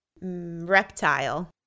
reptile